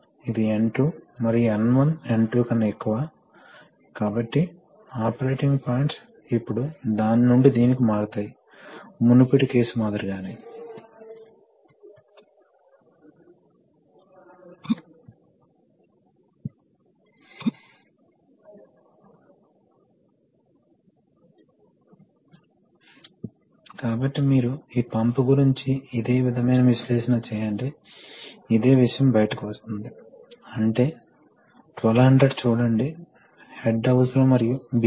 కాబట్టి ఇది ఒక పెద్ద వాల్వ్ కాబట్టి ఆ స్థానాన్ని మార్చగలుగుతారు న్యూమాటిక్ పైలట్లు ఉపయోగించబడుతున్నాయని మీరు చూస్తారు కాబట్టి ఇది ఒక న్యూమాటిక్ పైలట్ ఇది ఈ ప్రధాన వాల్వ్ను మార్చడానికి ఉపయోగించబడుతుంది ఇది పెద్ద హైడ్రాలిక్ వాల్వ్ కావచ్చు మరియు ఈ హొల్లౌ త్రిభుజం న్యుమాటిక్స్ను సూచిస్తుంది